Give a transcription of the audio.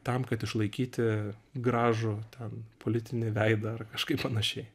tam kad išlaikyti gražų ten politinį veidą ar kažkaip panašiai